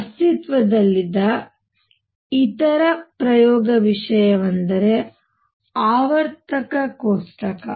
ಅಸ್ತಿತ್ವದಲ್ಲಿದ್ದ ಇತರ ಪ್ರಯೋಗ ವಿಷಯವೆಂದರೆ ಆವರ್ತಕ ಕೋಷ್ಟಕ